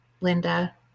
Linda